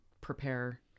prepare